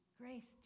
grace